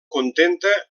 contenta